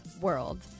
world